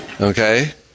okay